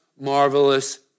marvelous